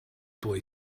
boy